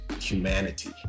humanity